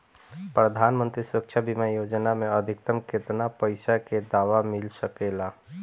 प्रधानमंत्री सुरक्षा बीमा योजना मे अधिक्तम केतना पइसा के दवा मिल सके ला?